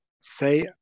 say